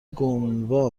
گنوا